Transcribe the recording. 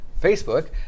Facebook